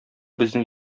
безнең